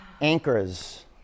Anchors